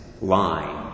line